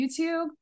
youtube